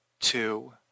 two